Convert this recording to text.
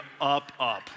up-up